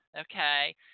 okay